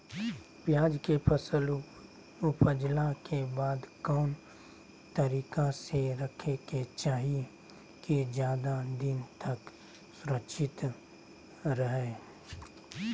प्याज के फसल ऊपजला के बाद कौन तरीका से रखे के चाही की ज्यादा दिन तक सुरक्षित रहय?